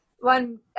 One